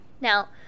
Now